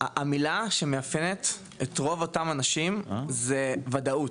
שהמילה שמאפיינת את רוב אותם אנשים זו וודאות,